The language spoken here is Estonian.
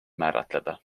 määratleda